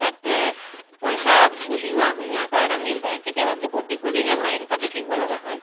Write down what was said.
তাতে পইচা উলিওৱা সুমুওৱা কৰাত আমি কেতিয়াবা বহুত দীঘলীয়াকৈ লাইন পাতি থাকিবলগা হয়